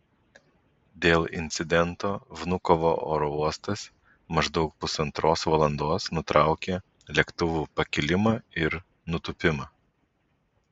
dėl incidento vnukovo oro uostas maždaug pusantros valandos nutraukė lėktuvų pakilimą ir nutūpimą